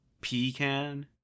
pecan